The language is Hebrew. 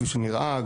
כפי שנראה,